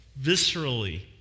viscerally